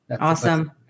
Awesome